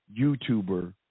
YouTuber